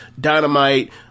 dynamite